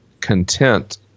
content